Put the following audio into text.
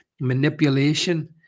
manipulation